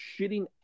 shitting